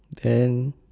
can